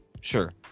Sure